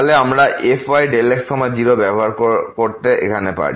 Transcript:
তাহলেই আমরা fyΔx 0 ব্যবহার করতে এখানে পারি